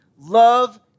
Love